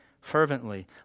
fervently